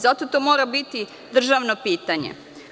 Zato to mora biti državno pitanje.